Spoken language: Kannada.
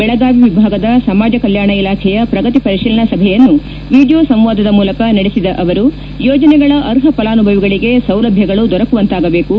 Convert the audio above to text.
ಬೆಳಗಾವಿ ವಿಭಾಗದ ಸಮಾಜಕಲ್ಯಾಣ ಇಲಾಖೆಯ ಪ್ರಗತಿ ಪರಿಶೀಲನಾ ಸಭೆಯನ್ನು ವಿದಿಯೊ ಸಂವಾದದ ಮೂಲಕ ನಡೆಸಿದ ಅವರು ಯೋಜನೆಗಳ ಅರ್ಹ ಫಲಾನುಭವಿಗಳಿಗೆ ಸೌಲಭ್ಯಗಳು ದೊರಕುವಂತಾಗಬೇಕು